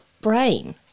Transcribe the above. brain